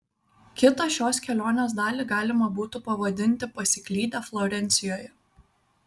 kitą šios kelionės dalį galima būtų pavadinti pasiklydę florencijoje